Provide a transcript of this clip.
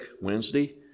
Wednesday